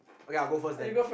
oh ya go first then